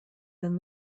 than